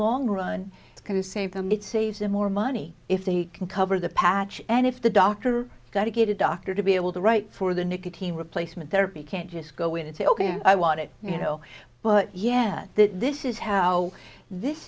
long run it's going to save them it saves them more money if they can cover the patch and if the doctor got to get a doctor to be able to write for the nicotine replacement therapy can't just go in and say ok i want it you know but yeah this is how this